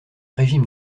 régime